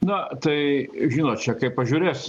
na tai žinot čia kaip pažiūrėsi